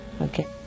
Okay